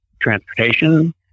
transportation